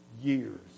years